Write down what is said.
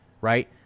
right